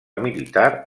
militar